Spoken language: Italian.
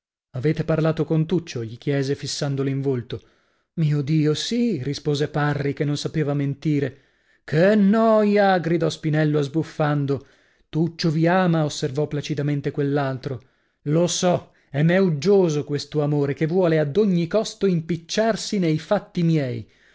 avete parlato con tuccio gli chiese fissandolo in volto mio dio sì rispose parri che non sapeva mentire che noia gridò spinello sbuffando tuccio vi ama osservò placidamente quell'altro lo so e m'è uggioso questo amore che vuole ad ogni costo impicciarsi nei fatti miei